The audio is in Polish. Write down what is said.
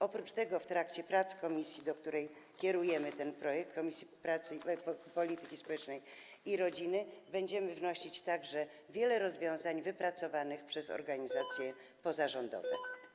Oprócz tego w trakcie prac komisji, do której kierujemy ten projekt, Komisji Polityki Społecznej i Rodziny będziemy wnosić także wiele rozwiązań wypracowanych przez organizacje pozarządowe.